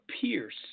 pierce